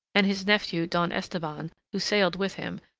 and his nephew don esteban who sailed with him,